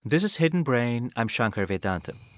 this is hidden brain. i'm shankar vedantam